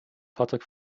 fahrzeug